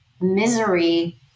misery